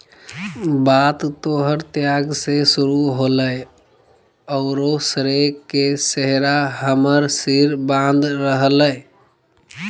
बात तोहर त्याग से शुरू होलय औरो श्रेय के सेहरा हमर सिर बांध रहलय